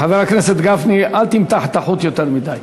חבר הכנסת גפני, אל תמתח את החוט יותר מדי.